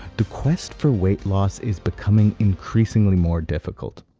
the quest for weight loss is becoming increasingly more difficult.